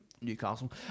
Newcastle